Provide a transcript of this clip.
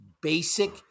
basic